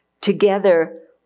together